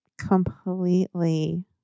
completely